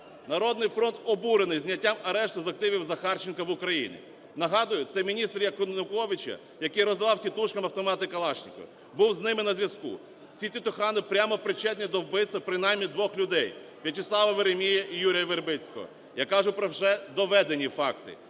"Народний фронт" обурений зняттям арешту з активівЗахарченка в Україні. Нагадую, це міністр Януковича, який роздавав "тітушкам" автомати Калашникова, був з ними на зв'язку, ці "тітухани" прямо причетні до вбивства, принаймні двох людей: В'ячеслава Веремія і Юрія Вербицького. Я кажу про вже доведені факти.